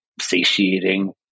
satiating